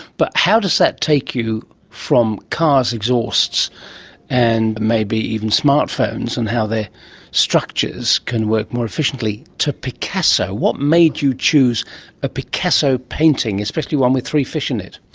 but how does that take you from cars' exhausts and maybe even smart phones and how their structures can work more efficiently, to picasso? what made you choose a picasso painting, especially one with three fish in it?